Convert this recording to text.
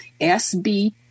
SB